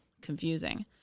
confusing